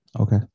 okay